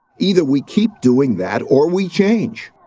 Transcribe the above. either we keep doing that, or we change.